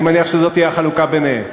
אני מניח שזאת תהיה החלוקה ביניהם.